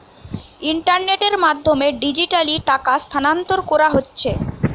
ইন্টারনেটের মাধ্যমে ডিজিটালি টাকা স্থানান্তর কোরা হচ্ছে